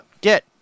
Get